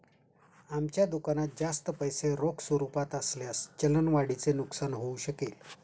आमच्या दुकानात जास्त पैसे रोख स्वरूपात असल्यास चलन वाढीचे नुकसान होऊ शकेल